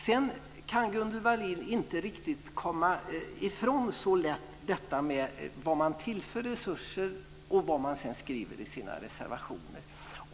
Gunnel Wallin kan inte så lätt komma ifrån detta med var man tillför resurser och vad man sedan skriver i sina reservationer.